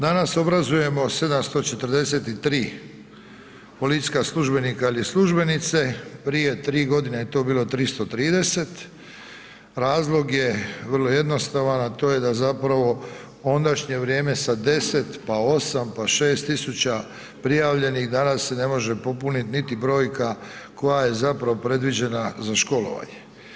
Danas obrazujemo 743 policijska službenika ili službenice, prije 3.g. je to bilo 330, razlog je vrlo jednostavan, a to je da zapravo ondašnje vrijeme sa 10, pa 8, pa 6000 prijavljenih, danas se ne može popuniti niti brojka koja je zapravo predviđena za školovanje.